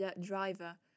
driver